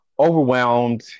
overwhelmed